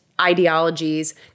ideologies